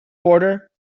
border